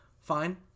Fine